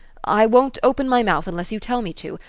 i won't open my mouth unless you tell me to.